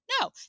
No